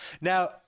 Now